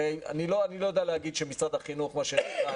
אני לא יודע להגיד שמשרד החינוך כמו שנאמר,